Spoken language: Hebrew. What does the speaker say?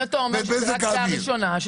אם אתה אומר שזאת רק קריאה ראשונה אז